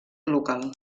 local